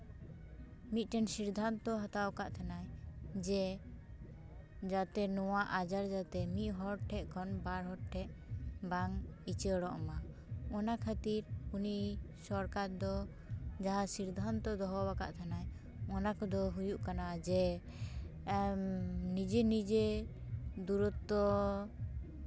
ᱢᱤᱫᱴᱮᱱ ᱥᱤᱫᱽᱫᱷᱟᱱᱛᱚ ᱦᱟᱛᱟᱣ ᱟᱠᱟᱫ ᱛᱟᱦᱮᱸᱱᱟᱭ ᱡᱮ ᱡᱟᱛᱮ ᱱᱚᱣᱟ ᱟᱡᱟᱨ ᱡᱟᱛᱮ ᱢᱤᱫ ᱦᱚᱲ ᱴᱷᱮᱱ ᱠᱷᱚᱱ ᱵᱟᱨ ᱦᱚᱲ ᱴᱷᱮᱱ ᱵᱟᱝ ᱩᱪᱟᱹᱲᱚᱜᱼᱢᱟ ᱚᱱᱟ ᱠᱷᱟᱹᱛᱤᱨ ᱩᱱᱤ ᱫᱚᱨᱠᱟᱨ ᱫᱚ ᱡᱟᱦᱟᱸ ᱥᱤᱫᱽᱫᱷᱟᱱᱛᱚ ᱫᱚᱦᱚ ᱟᱠᱟᱫ ᱛᱟᱦᱮᱸᱱᱟᱭ ᱚᱱᱟ ᱠᱚᱫᱚ ᱦᱩᱭᱩᱜ ᱠᱟᱱᱟ ᱡᱮ ᱟᱢ ᱱᱤᱡᱮ ᱱᱤᱡᱮ ᱫᱩᱨᱚᱛᱛᱚ